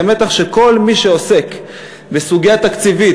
זה מתח שכל מי שעוסק בסוגיה תקציבית,